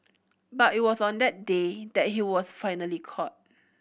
but it was on that day that he was finally caught